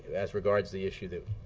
as regards the issue that